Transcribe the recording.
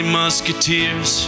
musketeers